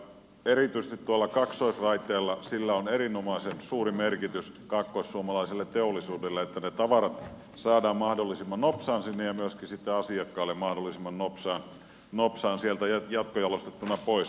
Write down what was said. erityisesti tuolla kaksoisraiteella on erinomaisen suuri merkitys kaakkoissuomalaiselle teollisuudelle että ne tavarat saadaan mahdollisimman nopsaan sinne ja myöskin sitten asiakkaalle mahdollisimman nopsaan sieltä ja jatkojalostettuina pois